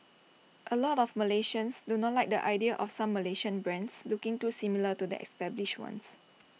A lot of Malaysians do not like the idea of some Malaysian brands looking too similar to the established ones